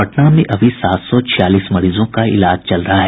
पटना में अभी भी सात सौ छियालीस मरीजों का इलाज चल रहा है